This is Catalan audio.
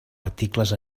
articles